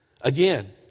Again